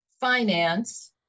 finance